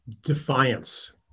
defiance